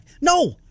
No